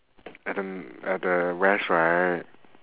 at the at the west right